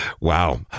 wow